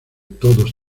todos